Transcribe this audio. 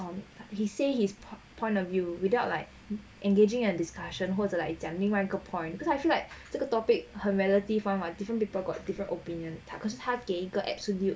he said his point of view without like engaging a discussion 或者来讲另外个 point cause I feel like 这个 topic 很 relative [what] different people got different opinion 他给一个 absolute